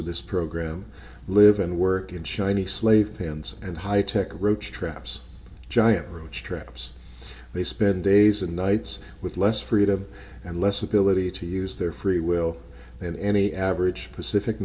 of this program live and work in shiny slave pens and high tech roach traps giant roach traps they spend days and nights with less freedom and less ability to use their free will than any average pacific